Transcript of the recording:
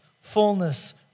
fullness